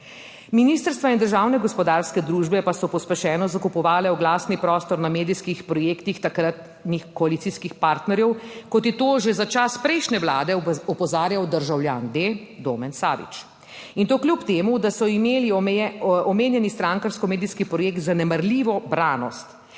Ministrstva in državne gospodarske družbe pa so pospešeno zakupovale oglasni prostor na medijskih projektih takratnih koalicijskih partnerjev, kot je to že za čas prejšnje vlade opozarjal Državljan d. Domen Savič, in to kljub temu, da so imeli omenjeni strankarsko medijski projekt zanemarljivo branost.